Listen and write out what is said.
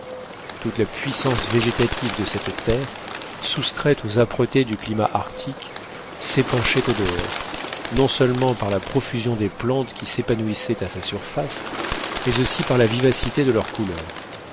toute la puissance végétative de cette terre soustraite aux âpretés du climat arctique s'épanchait au-dehors non seulement par la profusion des plantes qui s'épanouissaient à sa surface mais aussi par la vivacité de leurs couleurs